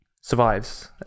survives